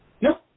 No